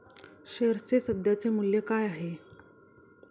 शेअर्सचे सध्याचे मूल्य काय आहे?